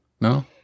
No